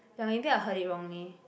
ya maybe I heard it wrongly